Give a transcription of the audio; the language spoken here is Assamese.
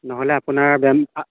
নহ'লে আপোনাৰ বেমা